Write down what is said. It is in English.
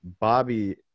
Bobby